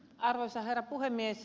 arvoisa herra puhemies